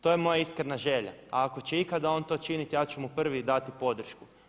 To je moja iskrena želja, a ako će ikada on to činiti ja ću mu prvi dati podršku.